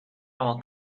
are